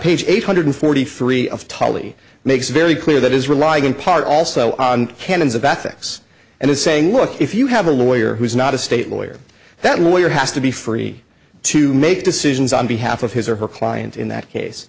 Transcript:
page eight hundred forty three of tullie makes very clear that is relying in part also on canons of ethics and is saying look if you have a lawyer who is not a state lawyer that lawyer has to be free to make decisions on behalf of his or her client in that case